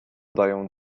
dają